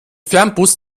fernbus